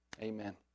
Amen